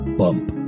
bump